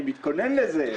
אני מתכונן לזה,